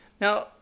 Now